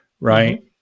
right